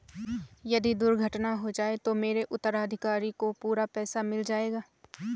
यदि दुर्घटना हो जाये तो मेरे उत्तराधिकारी को पूरा पैसा मिल जाएगा?